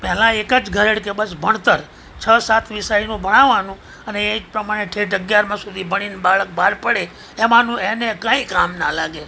પહેલાં એક જ ઘરેડ કે બસ ભણતર છ સાત વિષયનું ભણાવવાનું અને એ જ પ્રમાણે ઠેઠ અગિયારમા સુધી ભણીને બાળક બહાર પડે એમાંનું એને કંઈ કામ ના લાગે